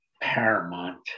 Paramount